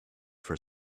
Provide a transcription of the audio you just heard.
for